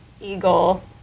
eagle